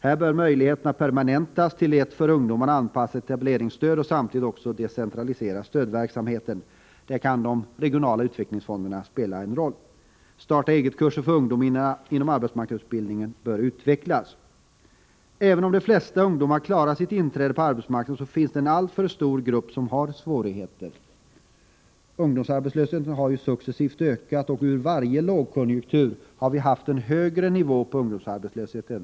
Här bör möjligheterna till ett för ungdomar anpassat etableringsstöd permanentas. Samtidigt bör stödverksamheten decentraliseras, varvid de regionala utvecklingsfonderna kan spela en roll. Projekt med starta-eget-kurser för ungdom inom arbetsmarknadsutbildningen bör utvecklas. Även om de flesta ungdomar klarar sitt inträde på arbetsmarknaden, är det ändå en alltför stor grupp som har svårigheter. Ungdomsarbetslösheten har successivt ökat, och efter varje lågkonjunktur har vi fått en högre nivå på ungdomsarbetslösheten.